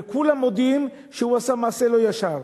וכולם מודים שהוא עשה מעשה לא ישר,